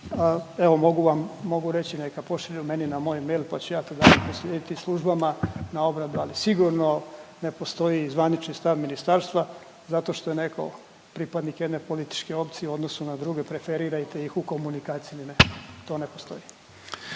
evo, mogu vam, mogu reći neka pošalju meni na moj mail pa ću ja to dalje proslijediti službama na obradu, ali sigurno ne postoji zvanični stav ministarstva zato što je netko pripadnik jedne političke opcije u odnosu na druge, preferirajte ih u komunikaciji ili ne. To ne postoji.